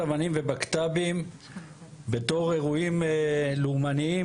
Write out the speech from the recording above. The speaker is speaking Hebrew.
ובקת"בים בתור אירועים לאומניים,